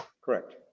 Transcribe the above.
Correct